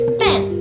pen